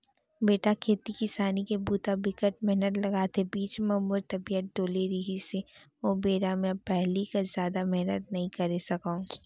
बेटा खेती किसानी के बूता बिकट मेहनत लागथे, बीच म मोर तबियत डोले रहिस हे ओ बेरा ले अब पहिली कस जादा मेहनत नइ करे सकव